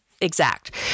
exact